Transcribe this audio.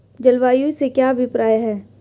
जलवायु से क्या अभिप्राय है?